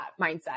mindset